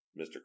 Mr